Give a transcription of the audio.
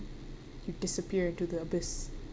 you disappear into the abyss